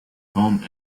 home